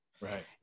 Right